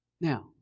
Now